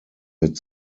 mid